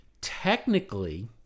technically